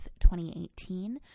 2018